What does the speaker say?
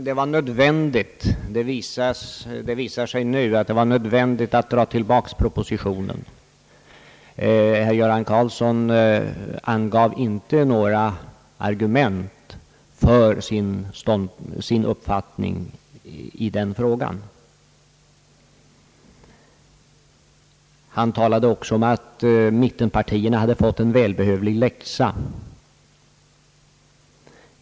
Herr Karlsson sade att man nu ser att det var nödvändigt att dra tillbaka propositionen, Han angav dock inte några argument för den uppfattningen. Vidare sade herr Karlsson att mittenpartierna hade fått en välbehövlig läxa.